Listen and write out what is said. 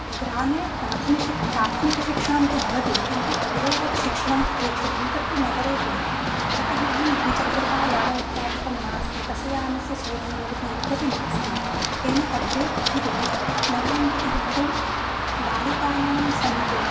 ग्रामे प्राथमिकं प्राथमिकशिक्षणं तु भवति किन्तु अग्रे यत् शिक्षणम् अपेक्षितं तत्तु नगरे भवति प्रतिगृहं द्विचक्रिकायानमित्यादिकं नास्ति बस् यानस्य सुविधा भवति इत्यपि नास्ति तेन अग्रे पठितुं नगरं प्रति गन्तुं बालिकानां समीपे